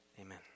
Amen